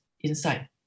inside